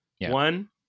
one